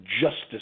justice